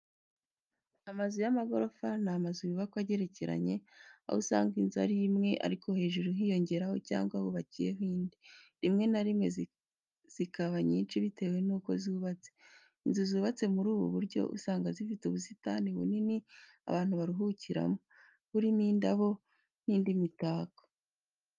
Amazu y'amagorofa ni amazu yubakwa agerekeranye, aho usanga ari inzu imwe ariko hejuru hiyongereyeho cyangwa hubakiyeho indi, rimwe na rimwe zikaba nyinshi bitewe nuko zubatswe. Inzu zubatse muri ubwo buryo usanga zifite ubusitani bunini abantu baruhukiramo, burimo indabo n'indi mitako.